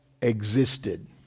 existed